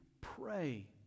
pray